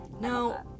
Now